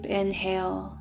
inhale